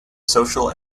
social